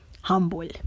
humble